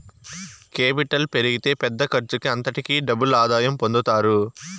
capital పెరిగితే పెద్ద ఖర్చుకి అంతటికీ డబుల్ ఆదాయం పొందుతారు